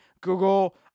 Google